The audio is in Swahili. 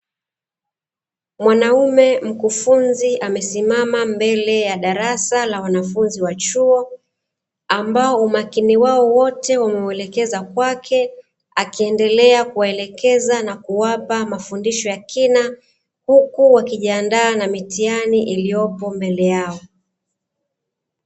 Mwanaume mkufunzi amesimama mbele ya darasa la wanafunzi wa chuo ambao umakini wao wote wameelekeza kwake, akiendelea kuwaelekeza na kuwapa mafundisho ya kina huku wakijiandaa na mitibani iliyopo mbele yao.